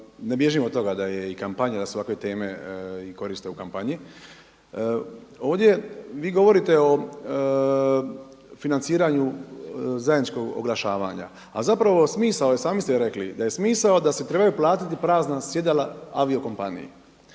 Ne bježim od toga da je i kampanja, da se ovakve teme i koriste u kampanji. Ovdje vi govorite o financiranju zajedničkog oglašavanja. A zapravo smisao i sami ste rekli da je smisao da se trebaju platiti prazna sjedala aviokompaniji.